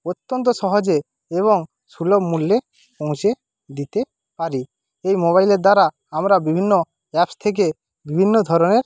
অত্যন্ত সহজে এবং সুলভ মূল্যে পৌঁছে দিতে পারি এই মোবাইলের দ্বারা আমরা বিভিন্ন অ্যাপস থেকে বিভিন্ন ধরনের